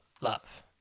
love